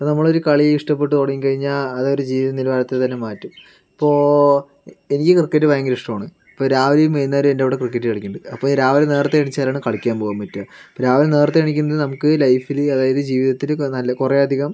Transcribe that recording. ഇപ്പോൾ നമ്മളൊരു കളി ഇഷ്ടപ്പെട്ടു തുടങ്ങിക്കഴിഞ്ഞാൽ അതവരുടെ ജീവിത നിലവാരത്തെ തന്നെ മാറ്റും ഇപ്പോൾ എനിക്ക് ക്രിക്കറ്റ് ഭയങ്കര ഇഷ്ടമാണ് ഇപ്പോൾ രാവിലെയും വൈകുന്നേരവും എൻ്റവിടെ ക്രിക്കറ്റ് കളിക്കുന്നുണ്ട് അപ്പം രാവിലെ നേരത്തെ എണീച്ചാലാണ് കളിക്കാൻ പോകാൻ പറ്റുക രാവിലെ നേരത്തെ എണീക്കുന്നത് നമുക്ക് ലൈഫിൽ അതായത് ജീവിതത്തിൽ നല്ല കുറേയധികം